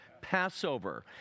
Passover